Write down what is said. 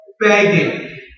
Begging